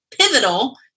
pivotal